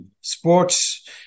sports